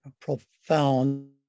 profound